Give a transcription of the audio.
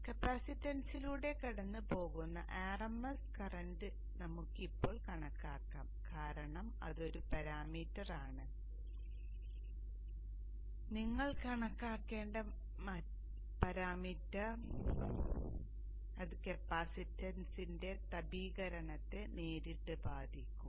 കപ്പാസിറ്റൻസിലൂടെ കടന്നുപോകുന്ന RMS current നമുക്ക് ഇപ്പോൾ കണക്കാക്കാം കാരണം അത് ഒരു പരാമീറ്റർ ആണ് നമ്മൾ കണക്കാക്കേണ്ട പരാമീറ്റർ കാരണം അത് കപ്പാസിറ്ററിന്റെ തപീകരണത്തെ നേരിട്ട് ബാധിക്കും